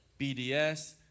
BDS